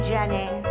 Jenny